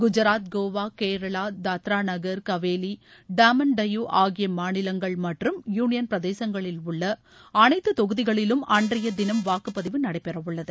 குஜாத் கோவா கேரளா தாத்ராநாகர் கவேலி டாமன் டையு ஆகிய மாநிலங்கள் மற்றும் யூனியன் பிரதேசங்களில் உள்ள அனைத்து தொகுதிகளிலும் அன்றைய தினம் வாக்குப்பதிவு நடைபெறவுள்ளது